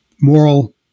moral